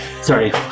sorry